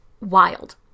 wild